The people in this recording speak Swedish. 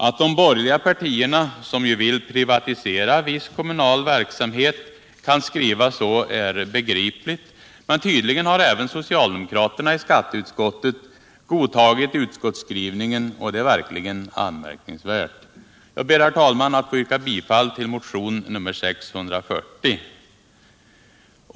Att de borgerliga partierna, som ju vill privatisera viss kommunal verksamhet, kan skriva så är begripligt, men tydligen har även socialdemokraterna i skatteutskottet godtagil utskottsskrivningen, och det är verkligen anmärkningsvärt. Jag ber, herr talman, att få yrka bifall till motionen 640.